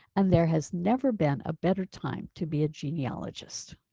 and there has never been a better time to be a genealogist